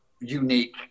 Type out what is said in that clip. unique